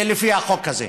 לפי החוק הזה.